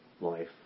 life